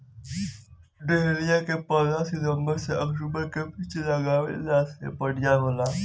dahlia के पौधा सितंबर से अक्टूबर के बीच में लागावे से बढ़िया होला